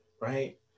right